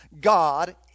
God